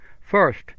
First